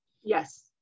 yes